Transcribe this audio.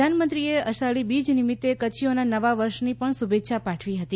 પ્રધાનમંત્રીએ અષાઢી બીજ નિમિત્તે કચ્છીઓના નવા વર્ષની પણ શુભેચ્છા પાઠવી હતી